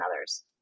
others